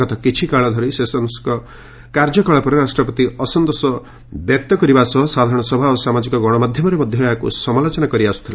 ଗତ କିଛିକାଳ ଧରି ସେସନ୍କଙ୍କ କାର୍ଯ୍ୟକଳାପରେ ରାଷ୍ଟ୍ରପତି ଅସନ୍ତୋଷ ବ୍ୟକ୍ତ କରିବା ସହ ଏବଂ ସାଧାରଣସଭା ଓ ସାମାଜିକ ଗଣମାଧ୍ୟମରେ ମଧ୍ୟ ଏହାକୁ ସମାଲୋଚନା କରୁଥିଲେ